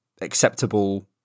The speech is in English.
acceptable